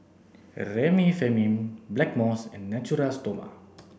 Remifemin Blackmores and Natura Stoma